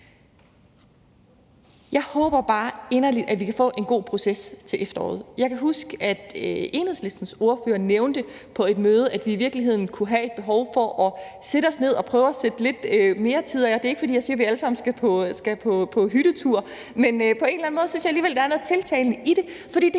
Jeg håber bare inderligt, at vi kan få en god proces til efteråret. Jeg kan huske, at Enhedslistens ordfører på et møde nævnte, at vi i virkeligheden kunne have et behov for at sætte os ned og prøve at sætte lidt mere tid af. Det er ikke, fordi jeg siger, at vi alle sammen skal på hyttetur, men på en eller anden måde synes jeg alligevel, at der er noget tiltalende i det,